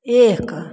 एक